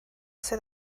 sydd